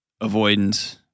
avoidance